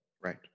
Right